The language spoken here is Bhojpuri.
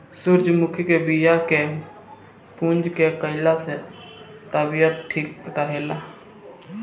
सूरजमुखी के बिया के भूंज के खाइला से तबियत ठीक रहेला